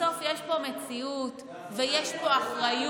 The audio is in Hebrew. בסוף יש פה מציאות ויש פה אחריות,